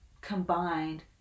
combined